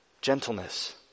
gentleness